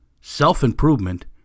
self-improvement